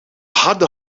hadden